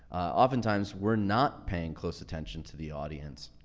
oftentimes we're not paying close attention to the audience.